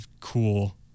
cool